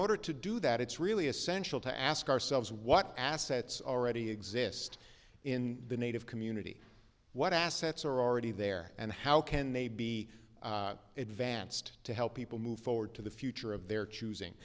order to do that it's really essential to ask ourselves what assets already exist in the native community what assets are already there and how can they be advanced to help people move forward to the future of their choosing